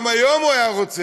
גם היום הוא היה רוצה,